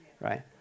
Right